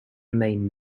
main